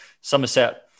Somerset